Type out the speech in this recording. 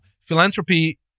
philanthropy